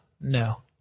No